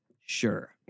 sure